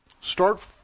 start